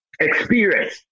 experience